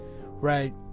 Right